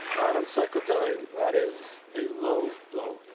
madam secretary, that is a low blow.